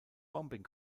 bombing